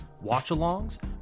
watch-alongs